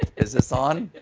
is this on?